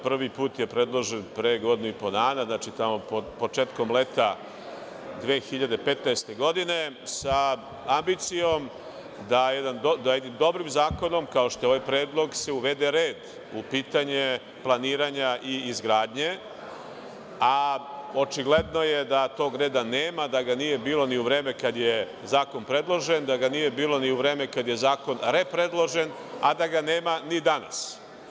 Prvi put je predložen pre godinu i po dana, tamo početkom leta 2015. godine, sa ambicijom da jednim dobrim zakonom, kao što je ovaj predlog, se uvede red u pitanje planiranja i izgradnje, a očigledno je da tog reda nema, da ga nije bilo ni u vreme kada je zakon predložen, da ga nije bilo ni u vreme kada je zakon repredložen, a da ga nema ni danas.